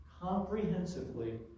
comprehensively